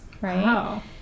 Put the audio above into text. right